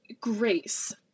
Grace